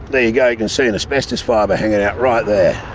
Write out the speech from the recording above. there you go, you can see an asbestos fibre hanging out right there.